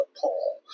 Paul